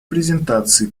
презентации